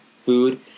food